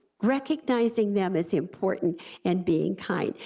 recognizing them as important and being kind.